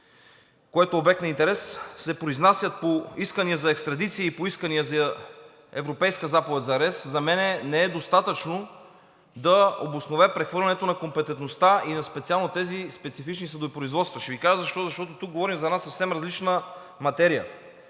което е обект на интерес, се произнасят по искания за екстрадиция и по искания за европейска заповед за арест, за мен не е достатъчно да обоснове прехвърлянето на компетентността и на специално тези специфични съдопроизводства. Ще Ви кажа защо, защото тук говорим за една съвсем различна материя.